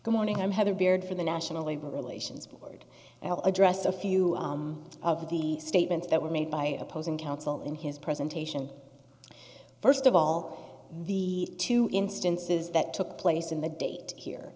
good morning i'm heather beard from the national labor relations board and i'll address a few of the statements that were made by opposing counsel in his presentation first of all the two instances that took place in the date here